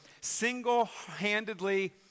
single-handedly